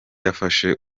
yafashe